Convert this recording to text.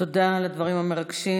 תודה על הדברים המרגשים.